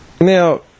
Now